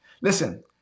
Listen